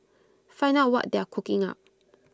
find out what they are cooking up